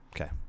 Okay